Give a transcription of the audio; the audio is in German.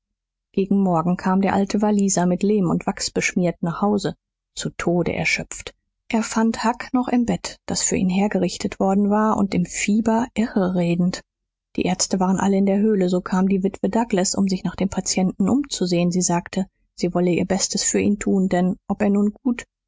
gegen morgen kam der alte walliser mit lehm und wachs beschmiert nach hause zu tode erschöpft er fand huck noch im bett das für ihn hergerichtet worden war und im fieber irreredend die ärzte waren alle in der höhle so kam die witwe douglas um sich nach dem patienten umzusehen sie sagte sie wolle ihr bestes für ihn tun denn ob er nun gut